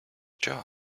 job